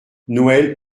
noël